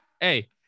Hey